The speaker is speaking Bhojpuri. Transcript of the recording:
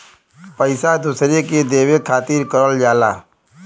पइसा दूसरे के देवे खातिर करल जाला